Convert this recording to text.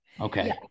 Okay